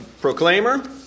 proclaimer